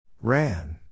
Ran